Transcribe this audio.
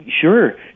Sure